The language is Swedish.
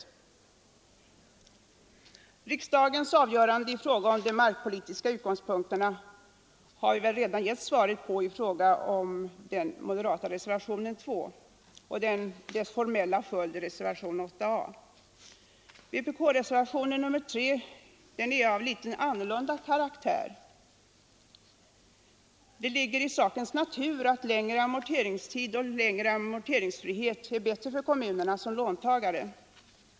Genom riksdagens inställning till de markpolitiska frågorna har vi väl redan gett ett svar på den moderata reservationen 2 och dess formella följdreservation 8 a. Vpk-reservationen 3 är av något annorlunda karaktär. Det ligger i sakens natur att längre amorteringstid och längre amorteringsfrihet är bättre för kommunerna som låntagare.